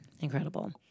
Incredible